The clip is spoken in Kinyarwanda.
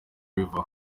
riva